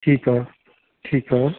ठीकु आहे ठीकु आहे